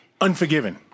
Unforgiven